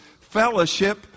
fellowship